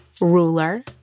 ruler